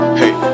hey